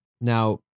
Now